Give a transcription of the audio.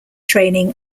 training